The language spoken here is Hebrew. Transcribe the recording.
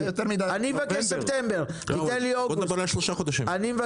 אני מבקש ספטמבר, תן לי אוגוסט.